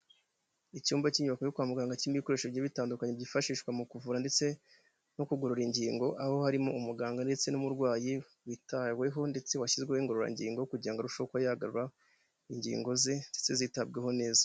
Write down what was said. Icyumba cy'inyubako yo kwa muganga cyirimo ibikoresho bigiye bitandukanye byifashishwa mu kuvura ndetse no kugorora ingingo, aho harimo umuganga ndetse n'umurwayi witaweho ndetse washyizweho ingororangingo kugira ngo arusheho yagarura ingingo ze ndetse zitabweho neza.